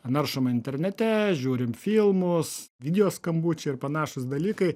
naršom internete žiūrim filmus video skambučiai ir panašūs dalykai